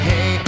Hey